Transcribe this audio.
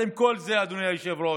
אבל עם כל זה, אדוני היושב-ראש,